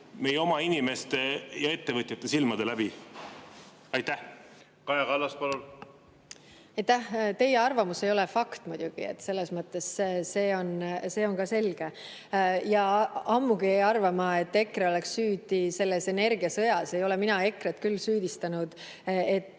meie oma inimeste ja ettevõtjate silmade läbi. Kaja Kallas, palun! Aitäh! Teie arvamus ei ole fakt muidugi. See on selge. Ja ammugi ei arva ma, et EKRE oleks süüdi selles energiasõjas. Ei ole mina EKRE-t küll süüdistanud